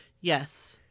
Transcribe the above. Yes